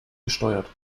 gesteuert